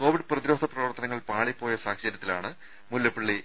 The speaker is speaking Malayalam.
കോവിഡ് പ്രതിരോധ പ്രവർത്തനങ്ങൾ പാളിപ്പോയ സാഹചര്യത്തിലാണ് മുല്ലപ്പള്ളി